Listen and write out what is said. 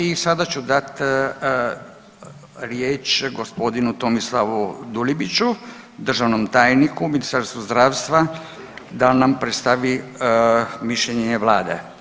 I sada ću dati riječ gospodinu Tomislavu Dulibiću, državnom tajniku Ministarstva zdravstva da nam predstavi mišljenje Vlade.